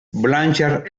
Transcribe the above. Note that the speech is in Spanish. blanchard